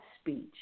speech